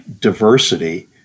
diversity